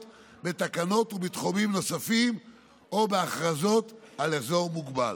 בתקנות ובתחומים נוספים או בהכרזות על אזור מוגבל.